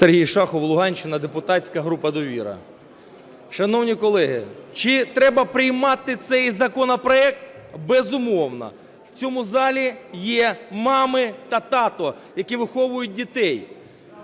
Сергій Шахов, Луганщина, депутатська група "Довіра". Шановні колеги, чи треба приймати цей законопроект? Безумовно. В цьому залі є мами та тати, які виховують дітей.